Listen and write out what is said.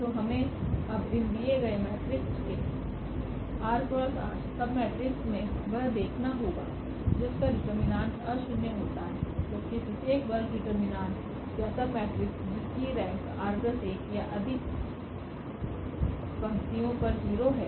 तो हमें अब इन दिए गए मेट्रिक्स के rxr सबमेट्रिक्स मेंवह देखना होगा जीसका डिटरमिनेंट अशून्य होता है जबकि प्रत्येक वर्ग डिटरमिनेंट यासब मेट्रिक्स जिसकी रेंक r1 या अधिक पंक्तियों पर0 है